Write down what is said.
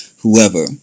whoever